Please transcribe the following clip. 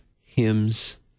hymns